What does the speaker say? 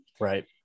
Right